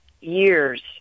years